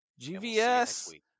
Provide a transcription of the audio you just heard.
GVS